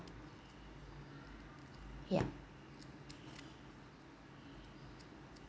yup